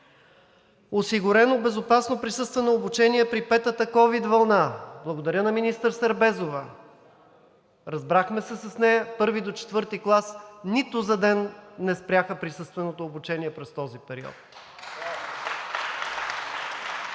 Осигурено безопасно присъствено обучение при петата ковид вълна. Благодаря на министър Сербезова, с нея се разбрахме и от 1 до 4 клас нито за ден не спряха присъствено обучение през този период.